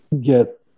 get